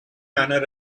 manner